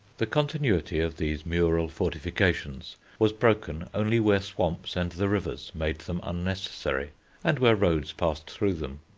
the continuity of these mural fortifications was broken only where swamps and the rivers made them unnecessary and where roads passed through them.